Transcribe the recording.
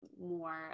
more